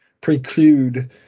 preclude